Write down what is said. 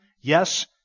Yes